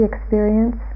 experience